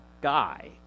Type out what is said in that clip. guy